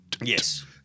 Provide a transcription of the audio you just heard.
yes